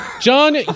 john